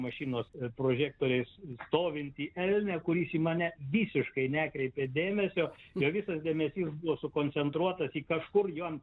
mašinos ir prožektoriais stovintį elnią kuris į mane visiškai nekreipė dėmesio jo visas dėmesys buvo sukoncentruotas į kažkur jo